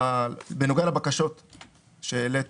בנוגע לבקשות שהעלית,